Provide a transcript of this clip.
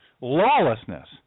lawlessness